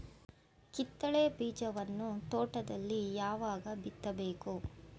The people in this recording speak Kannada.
ಕಿತ್ತಳೆ ಬೀಜವನ್ನು ತೋಟದಲ್ಲಿ ಯಾವಾಗ ಬಿತ್ತಬೇಕು?